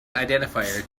identifier